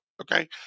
okay